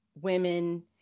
women